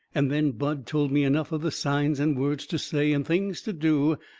and then bud told me enough of the signs and words to say, and things to do,